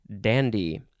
dandy